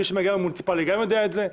מי שמגיע מהמוניציפלי גם יודע את זה,